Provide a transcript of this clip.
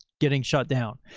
getting shut down.